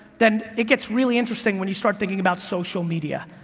then it gets really interesting when you start thinking about social media.